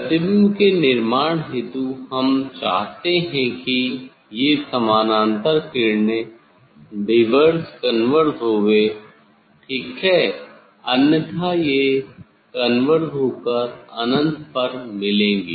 प्रतिबिंब के निर्माण हेतु हम चाहते हैं कि ये समानांतर किरणें डिवर्ज कन्वर्ज होवे ठीक है अन्यथा ये कन्वर्ज होकर अनंत पर मिलेंगी